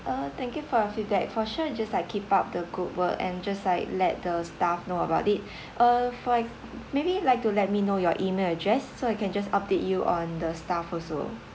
uh thank you for your feedback for sure we just like keep up the good work and just like let the staff know about it uh for like maybe you'd like to let me know your email address so I can just update you on the staff also